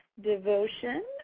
devotion